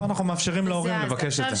איפה אנחנו מאפשרים לעובד לבקש את זה?